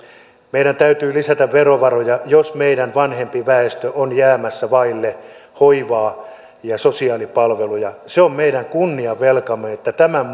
meidän täytyy lisätä verovaroja jos meidän vanhempi väestö on jäämässä vaille hoivaa ja sosiaalipalveluja se on meidän kunniavelkamme että tämän